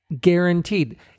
Guaranteed